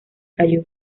cayó